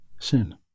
sin